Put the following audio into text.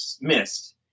missed